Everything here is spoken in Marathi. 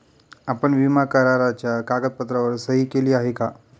आपण विमा कराराच्या कागदपत्रांवर सही केली आहे का?